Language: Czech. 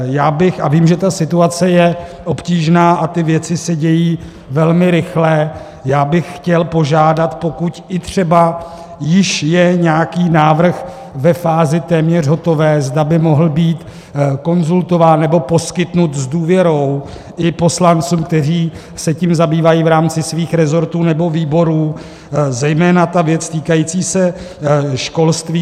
Já bych a vím, že ta situace je obtížná a věci se dějí velmi rychle chtěl požádat, pokud i třeba již je nějaký návrh ve fázi téměř hotové, zda by mohl být konzultován nebo poskytnut s důvěrou i poslancům, kteří se tím zabývají v rámci svých resortů nebo výborů, zejména ta věc z poslední doby týkající se školství.